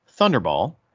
thunderball